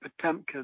Potemkin